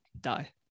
die